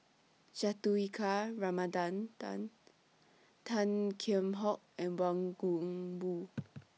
Juthika Ramanathan Tan Kheam Hock and Wang Gungwu